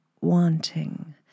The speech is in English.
wanting